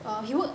err he worked